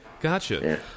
Gotcha